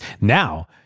Now